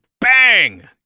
bang